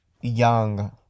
young